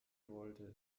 wollte